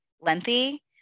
lengthy